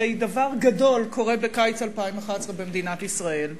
הרי דבר גדול קורה בקיץ 2011 במדינת ישראל.